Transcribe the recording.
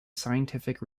scientific